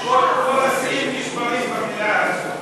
כל השיאים נשברים במליאה הזאת.